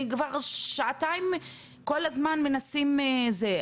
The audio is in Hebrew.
אני כבר שעתיים כל הזמן מנסים זה,